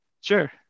Sure